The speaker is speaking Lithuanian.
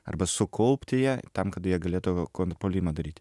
arba sukaupti ją tam kad jie galėtų kontrpuolimą daryti